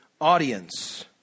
audience